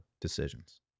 decisions